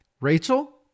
Rachel